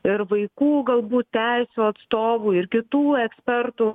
ir vaikų galbūt teisių atstovų ir kitų ekspertų